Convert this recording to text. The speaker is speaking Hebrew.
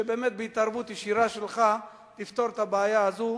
שבאמת בהתערבות ישירה שלך תפתור את הבעיה הזו,